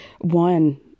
one